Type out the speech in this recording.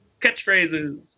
catchphrases